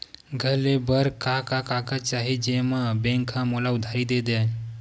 घर ले बर का का कागज चाही जेम मा बैंक हा मोला उधारी दे दय?